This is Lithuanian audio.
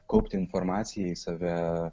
kaupti informaciją į save